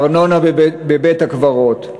ארנונה בבית-הקברות.